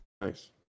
Nice